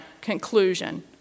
conclusion